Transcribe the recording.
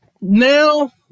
now